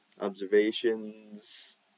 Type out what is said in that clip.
observations